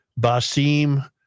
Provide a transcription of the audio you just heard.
Basim